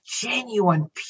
genuine